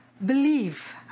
believe